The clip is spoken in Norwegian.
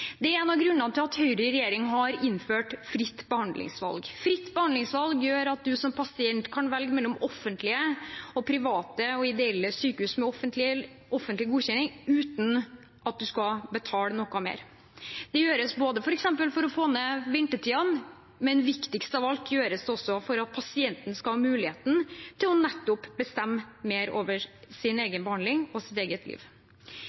Det er en av grunnene til at Høyre i regjering har innført fritt behandlingsvalg. Fritt behandlingsvalg gjør at man som pasient kan velge mellom offentlige og private og ideelle sykehus med offentlig godkjenning uten å betale mer. Det gjøres for f.eks. å få ned ventetidene, men viktigst av alt gjøres det for at pasienten skal ha mulighet til nettopp å bestemme mer over sin egen behandling og sitt eget liv.